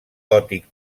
gòtic